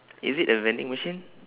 is it a vending machine